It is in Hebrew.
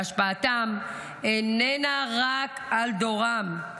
שהשפעתם איננה רק על דורם,